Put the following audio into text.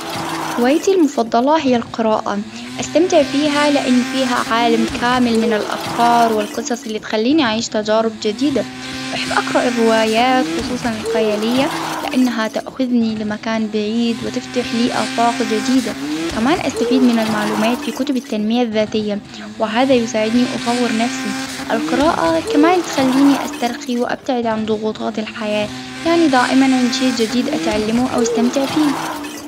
هوايتي المفضلة هي القراءة، أستمتع فيها لأن فيها عالم كامل من الأفكار والقصص اللي تخليني أعيش تجارب جديدة، أحب أقرأ الروايات خصوصا الخيالية لأنها تأخذني لمكان بعيد وتفتح لي افاق جديدة، كمان أستفيد من المعلومات في كتب التنمية الذاتية وهذا يساعدني أطور نفسي، القراءة كمان تخليني أسترخي وأبتعد عن ضغوطات الحياة. يعني دائما عندي شيء جديد أتعلمه أو أستمتع فيه.